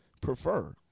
prefer